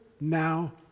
now